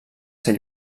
ser